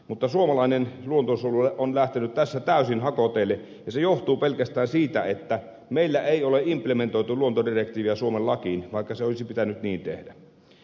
mutta suomalainen luonnonsuojelu on lähtenyt tässä täysin hakoteille ja se johtuu pelkästään siitä että meillä ei ole implementoitu luontodirektiiviä suomen lakiin vaikka se olisi pitänyt niin tehdä